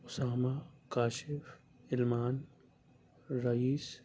Usama Kashif Alman Raees